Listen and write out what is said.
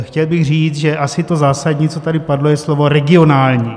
Chtěl bych říct, že asi to zásadní, co tady padlo, je slovo regionální.